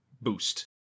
boost